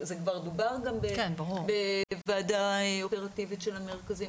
זה כבר דובר בוועדה אופרטיבית של המרכזים